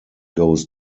goes